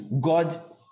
God